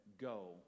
go